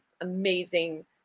amazing